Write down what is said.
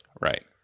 Right